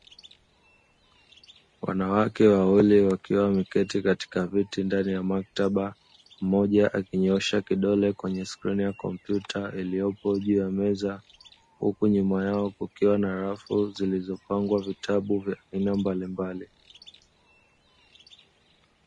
Wanawake wawili wakiwa wameketi kwenye viti ndani ya maktaba, mmoja akinyoosha kidole kwenye skrini ya kompyuta iliyopo juu ya meza huku nyuma yao kukiwa na rafu zilizopangwa vitabu vya aina mbalimbali.